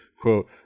quote